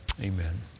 Amen